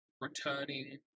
returning